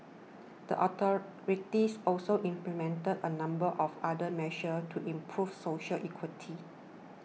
the authorities also implemented a number of other measures to improve social equity